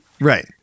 Right